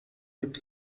gibt